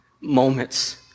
moments